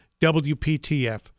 WPTF